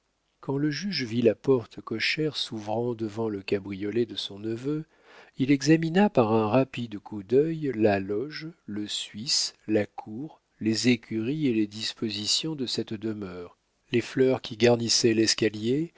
quand le juge vit la porte cochère s'ouvrant devant le cabriolet de son neveu il examina par un rapide coup d'œil la loge le suisse la cour les écuries les dispositions de cette demeure les fleurs qui garnissaient l'escalier